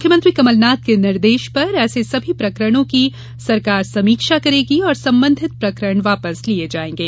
मुख्यमंत्री कमलनाथ के निर्देश पर ऐसे सभी प्रकरणों की सरकार समीक्षा करेगी और संबंधित प्रकरण वापस लिए जाएंगे